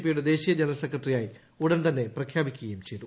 P യുടെ ദേശീയ general സെക്രട്ടറിയായി ഉടൻ തന്നെ പ്രഖ്യാപിക്കുകയും ചെയ്തു